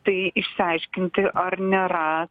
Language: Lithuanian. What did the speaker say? tai išsiaiškinti ar nėra